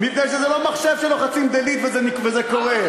מפני שזה לא מחשב שלוחצים delete וזה קורה.